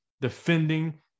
defending